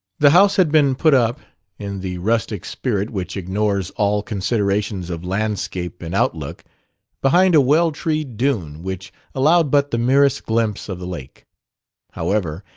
the house had been put up in the rustic spirit which ignores all considerations of landscape and outlook behind a well-treed dune which allowed but the merest glimpse of the lake however,